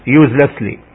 uselessly